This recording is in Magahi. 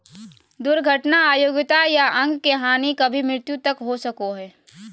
दुर्घटना अयोग्यता या अंग के हानि कभी मृत्यु तक हो सको हइ